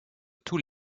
tous